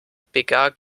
pecar